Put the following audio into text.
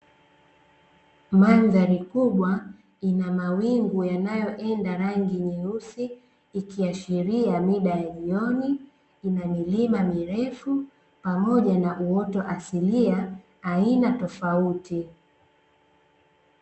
Mandhari kubwa ina mawingu yanayoenda rangi nyeusi, ikiashiria mida ya jioni, ina milima mirefu pamoja na uoto asilia, aina tofauti.